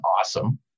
awesome